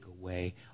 away